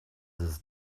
his